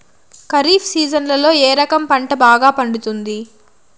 ఖరీఫ్ సీజన్లలో ఏ రకం పంట బాగా పండుతుంది